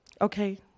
Okay